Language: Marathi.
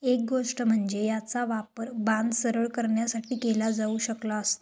एक गोष्ट म्हणजे याचा वापर बाण सरळ करण्यासाठी केला जाऊ शकला अस